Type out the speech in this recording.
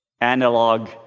Analog